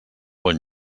bon